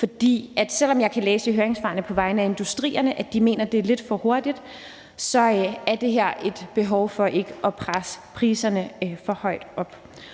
For selv om jeg kan læse i høringssvarene fra industrierne, at de mener, at det er lidt for hurtigt, så er der her et behov for ikke at presse priserne for højt op.